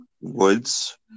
Woods